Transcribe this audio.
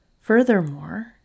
Furthermore